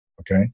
okay